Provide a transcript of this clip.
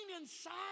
inside